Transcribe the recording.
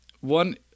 One